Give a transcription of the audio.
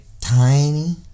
tiny